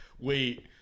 Wait